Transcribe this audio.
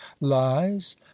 lies